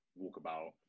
Walkabout